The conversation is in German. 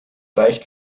reicht